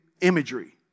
imagery